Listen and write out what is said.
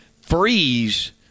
Freeze